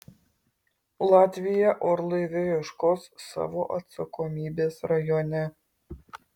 latvija orlaivio ieškos savo atsakomybės rajone